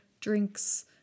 drinks